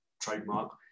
trademark